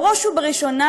ובראש ובראשונה,